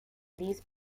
these